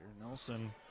Nelson